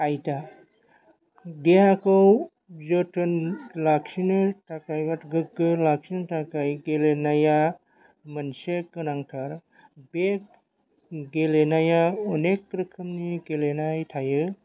आयदा देहाखौ जोथोन लाखिनो थाखाय एबा गोग्गो लाखिनो थाखाय गेलेनाया मोनसे गोनांथार बे गेलेनाया अनेख रोखोमनि गेलेनाय थायो